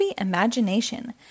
Imagination